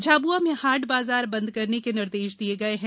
झाबुआ में हाट बाजार बंद करने के निर्देश दिए गए हैं